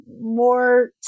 more